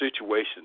situation